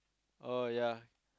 oh ya